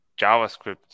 JavaScript